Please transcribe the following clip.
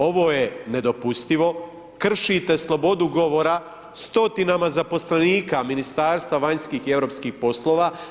Ovo je nedopustivo, kršite slobodu govora, stotinama zaposlenika, Ministarstva vanjskih i europskih poslova.